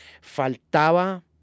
faltaba